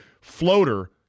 floater